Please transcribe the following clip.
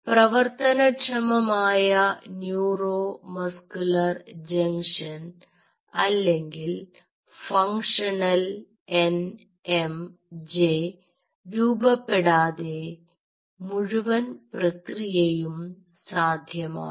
പ്രവർത്തനക്ഷമമായ neuro muscular junction അല്ലെങ്കിൽ functional N M J രൂപപ്പെടാതെ മുഴുവൻ പ്രക്രിയയും സാധ്യമാവില്ല